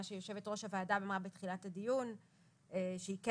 מה שיושבת-ראש הוועדה אמרה בתחילת הדיון שהיא כן